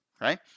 right